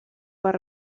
per